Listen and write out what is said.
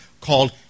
called